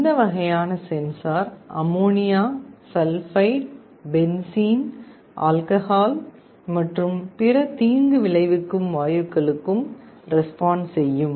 இந்த வகையான sensor ammonia sulphide benzene alcohol மற்றும் பிற தீங்கு விளைவிக்கும் வாயுக்களுக்கும் ரெஸ்பாண்ட் செய்யும்